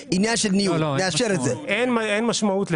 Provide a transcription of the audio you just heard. אין משמעות לוותק.